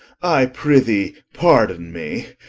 i prethee pardon me,